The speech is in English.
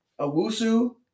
Awusu